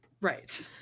Right